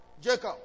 Jacob